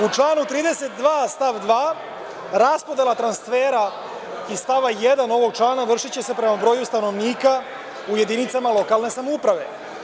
U članu 32. stav 2. raspodela transfera iz stava 1. ovog člana vršiće se prema broju stanovnika u jedinicama lokalne samouprave.